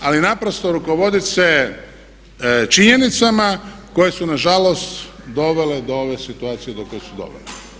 Ali naprosto rukovodit se činjenicama koje su na žalost dovele do ove situacije do koje su dovele.